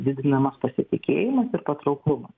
didinamas pasitikėjimas ir patrauklumas